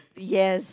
yes